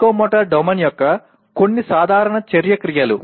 psychomotor domain యొక్క కొన్ని సాధారణ చర్య క్రియలు